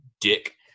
dick